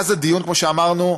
כמו שאמרנו,